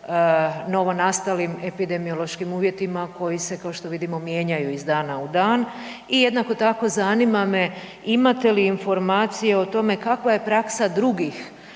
novo nastalim epidemiološkim uvjetima koji se kao što vidimo mijenjaju iz dana u dan, i jednako tako zanima me imate li informacije o tome kakva je praksa drugih